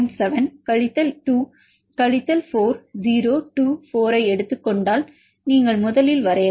7 கழித்தல் 2 கழித்தல் 4 0 2 4 ஐ எடுத்துக் கொண்டால் நீங்கள் முதலில் வரையலாம்